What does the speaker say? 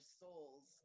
souls